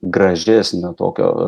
gražesnio tokio